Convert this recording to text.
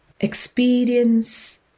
Experience